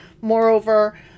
moreover